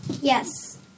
Yes